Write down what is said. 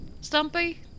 Stumpy